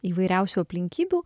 įvairiausių aplinkybių